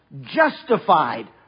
justified